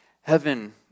Heaven